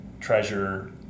treasure